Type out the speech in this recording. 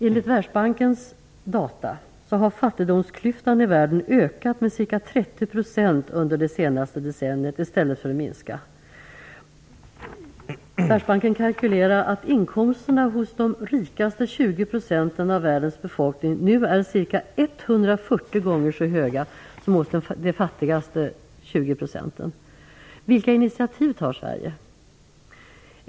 Enligt Världsbankens data har fattigdomsklyftan i världen ökat med ca 30 % under det senaste decenniet i stället för att minska. Världsbanken kalkylerar att inkomsterna hos de 20 % av världens befolkning som är rikast nu är ca 140 gånger så höga som hos de 20 % som är fattigast. Vilka initiativ tar Sverige?